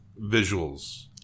visuals